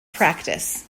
practice